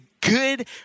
good